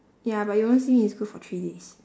ya but you won't see me in school for three days